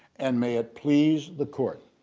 and may it please the court.